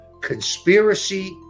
conspiracy